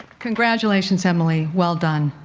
congratulations, emily, well done.